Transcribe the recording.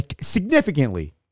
Significantly